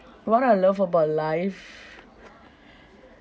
what I love about life